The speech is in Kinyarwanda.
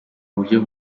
buryo